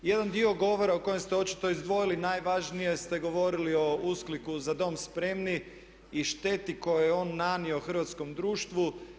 Jedan dio govora o kojem ste očito izdvojili najvažnije ste govorili o uskliku "Za dom spremni" i šteti koju je on nanio Hrvatskom društvu.